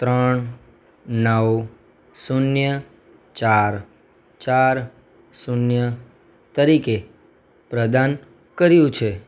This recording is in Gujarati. ત્રણ નવ શૂન્ય ચાર ચાર શૂન્ય તરીકે પ્રદાન કર્યું છે